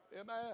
amen